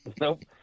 nope